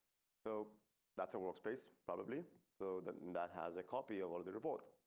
so that's a workspace probably so that that has a copy but of the report.